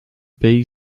bay